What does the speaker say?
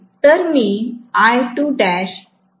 तर मी Xeq घेतला आहे